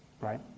right